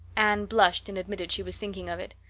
anne blushed and admitted she was thinking of it.